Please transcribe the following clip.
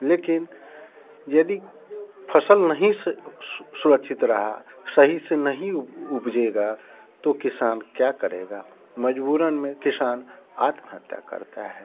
लेकिन यदि फसल नहीं सुरक्षित रहा सही से नहीं उपजेगा तो किसान क्या करेगा मजबूरन में किसान आत्महत्या करता है